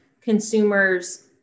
consumers